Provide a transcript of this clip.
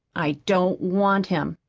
i don't want him.